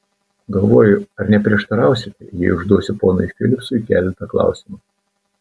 galvoju ar neprieštarausite jei užduosiu ponui filipsui keletą klausimų